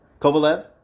Kovalev